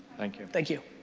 thank you. thank you.